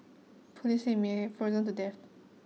police said may have frozen to death